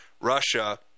russia